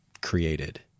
created